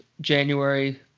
January